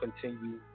continue